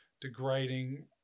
degrading